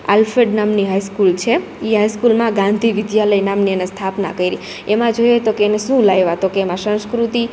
Alfred નામની high school છે ઈ હાઈસ્કૂલમાં ગાંધી વિધ્યાલય નામની એને સ્થાપના કયરી એમાં જોઈએ તો કે એને શું લાયવા તો કે એમાં સંસ્કૃતિ